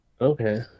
Okay